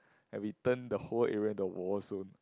like we turn the whole area into a warzone